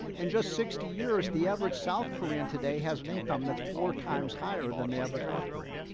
in just sixty years, the average south korean today has an income that's four times higher than the average north korean.